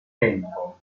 tempo